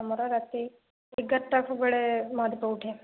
ଆମର ରାତି ଏଗାରଟା ସବୁବେଳେ ମହାଦୀପ ଉଠେ